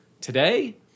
today